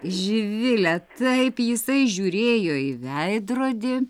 živile taip jisai žiūrėjo į veidrodį